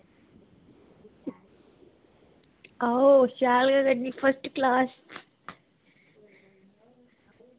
आहो शैल गै करनी फर्स्ट क्लास